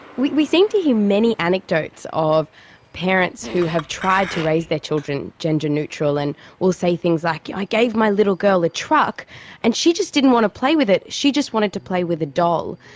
we we seem to hear many anecdotes of parents who have tried to raise their children gender neutral, and will say things like, yeah i gave my little girl a truck and she just didn't want to play with it, she just wanted to play with a doll.